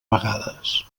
vegades